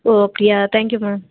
ஓ அப்படியா thank you ma'am